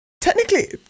Technically